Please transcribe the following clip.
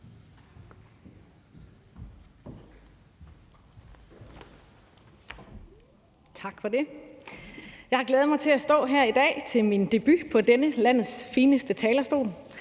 Tak for det. Jeg har glædet mig til at stå her i dag til min debut på denne landets fineste talerstol.